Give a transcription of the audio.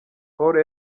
pawulo